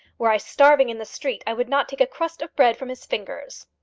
were i starving in the street i would not take a crust of bread from his fingers.